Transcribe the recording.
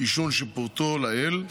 עישון שפורטו לעיל,